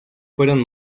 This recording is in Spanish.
fueron